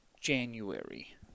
January